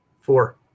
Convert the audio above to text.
Four